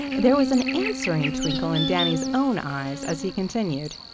there was an answering twinkle in danny's own eyes as he continued.